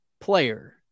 player